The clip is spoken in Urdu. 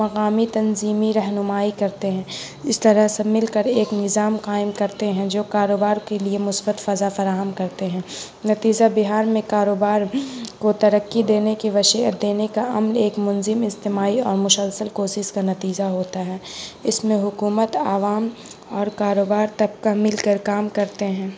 مقامی تنظیمیں رہنمائی کرتے ہیں اس طرح سے مل کر ایک نظام قائم کرتے ہیں جو کاروبار کے لیے مثبت فضا فراہم کرتے ہیں نتیجہ بہار میں کاروبار کو ترقی دینے کی وسعت دینے کا عمل ایک منظم اجتمای اور مسلسل کوشش کا نتیجہ ہوتا ہے اس میں حکومت عوام اور کاروبار طبقہ مل کر کام کرتے ہیں